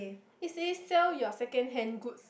it says sell your second hand goods